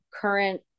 current